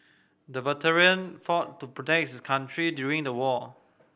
the veteran fought to protect his country during the war